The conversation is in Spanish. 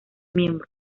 miembro